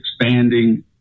expanding